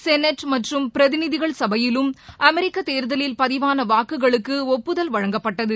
senate மற்றும் பிரதிநிதிகள் சபையிலும் அமெரிக்க தேர்தலில் பதிவான வாக்குகளுக்கு ஒப்புதல் வழங்கப்பட்டது